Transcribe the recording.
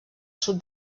sud